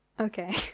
Okay